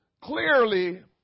Clearly